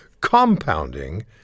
compounding